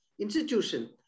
institution